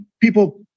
people